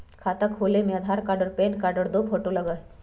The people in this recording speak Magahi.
खाता खोले में आधार कार्ड और पेन कार्ड और दो फोटो लगहई?